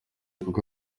kuko